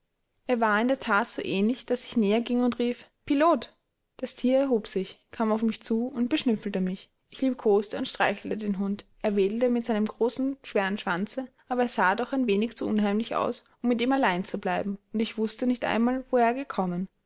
er war ihm in der that so ähnlich daß ich näher ging und rief pilot das tier erhob sich kam auf mich zu und beschnüffelte mich ich liebkoste und streichelte den hund er wedelte mit seinem großen schweren schwanze aber er sah doch ein wenig zu unheimlich aus um mit ihm allein zu bleiben und ich wußte nicht einmal woher er gekommen